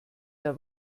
der